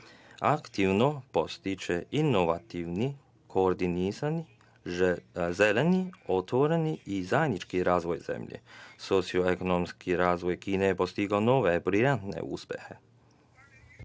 Aktivno podstiče inovativni koordinisani, zeleni, otvoreni i zajednički razvoj zemlje. Socijalno-ekonomski razvoj Kine je dostigao nove uspehe.